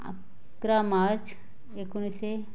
अकरा मार्च एकोणीसशे